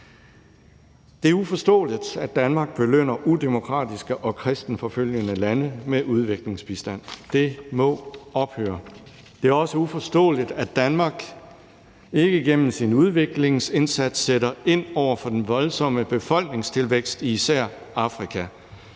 Det er uforståeligt, at Danmark belønner udemokratiske og kristenforfølgende lande med udviklingsbistand. Det må ophøre. Det er også uforståeligt, at Danmark ikke gennem sin udviklingsindsats sætter ind over for den voldsomme befolkningstilvækst i især Afrika.